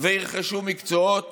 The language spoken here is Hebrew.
ירכשו מקצועות